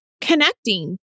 connecting